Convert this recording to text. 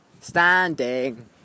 Standing